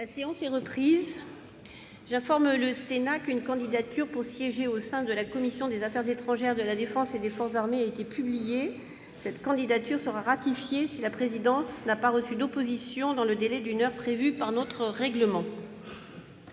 La séance est reprise. J'informe le Sénat qu'une candidature pour siéger au sein de la commission des affaires étrangères, de la défense et des forces armées a été publiée. Cette candidature sera ratifiée si la présidence n'a pas reçu d'opposition dans le délai d'une heure prévu par notre règlement.